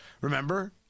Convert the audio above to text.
Remember